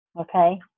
Okay